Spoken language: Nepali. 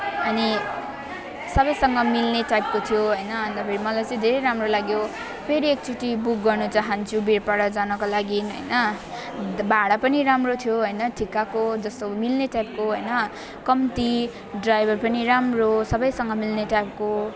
अनि सबैसँग मिल्ने टाइपको थियो हैन अनि त फेरि मलाई चाहिँ धेरै राम्रो लाग्यो फेरि एकचोटि बुक गर्नु चाहन्छु बिरपाडा जानुको लागि हैन अनि त भाडा पनि राम्रो थियो हैन ठिक्कको जस्तो मिल्ने टाइपको हैन कम्ती ड्राइभर पनि राम्रो सबैसँग मिल्ने टाइपको